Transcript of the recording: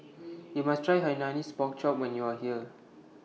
YOU must Try Hainanese Pork Chop when YOU Are here